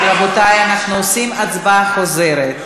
רבותי, אנחנו עושים הצבעה חוזרת.